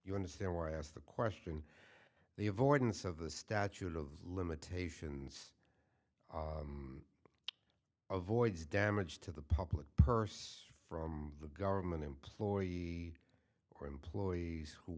you understand where i asked the question the avoidance of the statute of limitations avoids damage to the public purse from the government employee or employees who